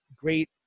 great